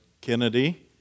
Kennedy